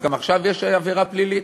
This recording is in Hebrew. אז גם עכשיו יש עבירה פלילית?